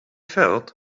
felt